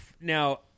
Now